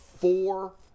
four